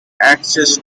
access